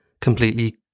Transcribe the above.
completely